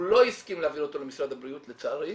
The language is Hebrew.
הוא לא הסכים להעביר אותו למשרד הבריאות לצערי,